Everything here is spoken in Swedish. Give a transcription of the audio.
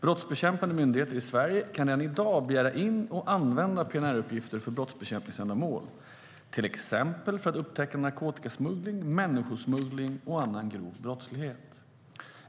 Brottsbekämpande myndigheter i Sverige kan redan i dag begära in och använda PNR-uppgifter för brottsbekämpningsändamål, till exempel för att upptäcka narkotikasmuggling, människosmuggling och annan grov brottslighet.